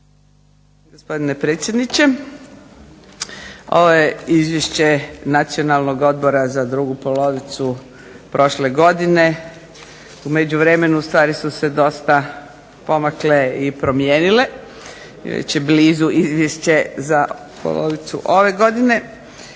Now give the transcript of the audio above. gospodine predsjedniče. Ovo je izvješće Nacionalnog odbora za drugu polovicu prošle godine, u međuvremenu stvari su se dosta pomakle i promijenile, već je blizu Izvješće za polovicu ove godine,